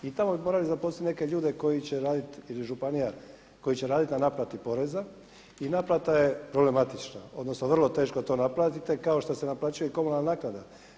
I tamo bi morali zaposliti neke ljude koji će raditi, ili županija, koji će raditi na naplati poreza, i naplata je problematična odnosno vrlo teško to naplatite kao što se naplaćuje i komunalna naknada.